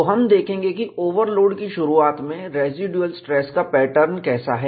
तो हम देखेंगे कि ओवरलोड की शुरुआत में रेसीड्यूल स्ट्रेस का पैटर्न कैसा है